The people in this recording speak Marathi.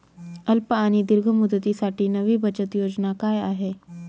अल्प आणि दीर्घ मुदतीसाठी नवी बचत योजना काय आहे?